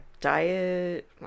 diet